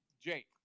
Jake